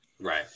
Right